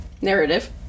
Narrative